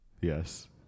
Yes